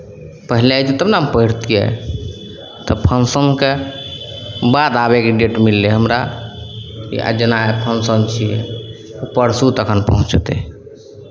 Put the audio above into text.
पहिले अयतै तब ने हम पहिरतियै तऽ फँक्शनके बाद आबयके डेट मिललै हमरा कि आइ जेना फँक्शन छियै तऽ परसू तखन पहुँचतै